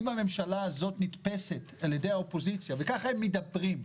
אם הממשלה הזאת נתפסת על ידי האופוזיציה וכך הם מדברים,